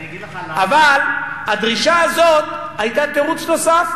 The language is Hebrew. אבל הדרישה הזאת היתה תירוץ נוסף.